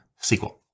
SQL